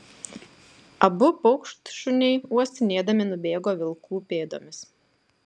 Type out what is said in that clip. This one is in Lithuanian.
abu paukštšuniai uostinėdami nubėgo vilkų pėdomis